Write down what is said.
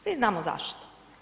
Svi znamo zašto.